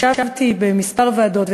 ישבתי בכמה ועדות,